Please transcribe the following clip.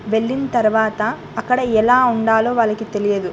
వెళ్ళిన తర్వాత అక్కడ ఎలా ఉండాలో వాళ్ళకి తెలియదు